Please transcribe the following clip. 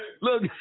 Look